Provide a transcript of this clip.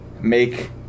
make